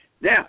Now